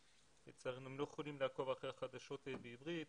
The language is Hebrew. שלצערנו הם לא יכולים לעקוב אחרי החדשות בעברית.